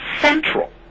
central